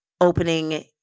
opening